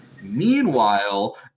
Meanwhile